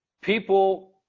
people